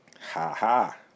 Ha-ha